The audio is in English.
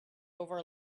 over